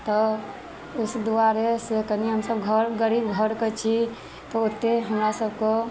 दुआरे से कनी हमसब घर गरीब घरके छी तऽ ओते हमरा सबके